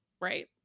right